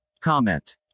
Comment